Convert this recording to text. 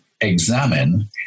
examine